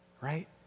right